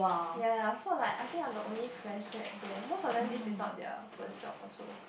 ya ya so like I think I am the only fresh grad there most of them this is not their first job also